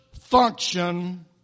function